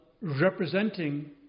representing